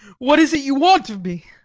what is it you want of me?